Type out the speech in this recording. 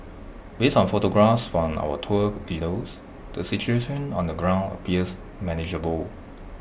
based on photographs from our tour leaders the situation on the ground appears manageable